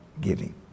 giving